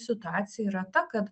situacija yra ta kad